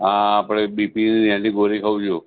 હા આપણે બીપીની અને એની ગોળી ખાઉં છું